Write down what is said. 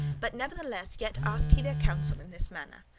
but nevertheless yet asked he their counsel in this matter.